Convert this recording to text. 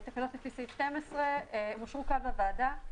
תקנות לפי סעיף 12, שאושרו כאן בוועדה.